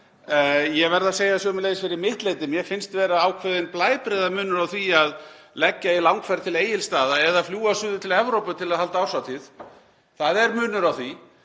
ég verð að segja sömuleiðis fyrir mitt leyti: Mér finnst vera ákveðinn blæbrigðamunur á því að leggja í langferð til Egilsstaða eða fljúga suður til Evrópu til að halda árshátíð. Það er munur á því.